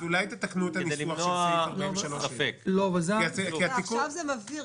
אולי תתקנו את הניסוח של סעיף 43ה. עכשיו זה מבהיר.